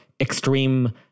extreme